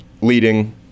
leading